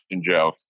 Joe